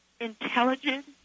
intelligent